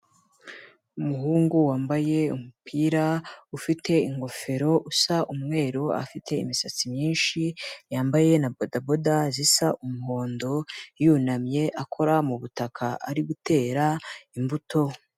Umuhungu wambaye umupira ufite ingofero, usa umweru, afite imisatsi myinshi, yambaye na bodaboda zisa umuhondo, yunamye akora mu butaka, ari gutera imbuto.